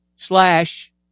slash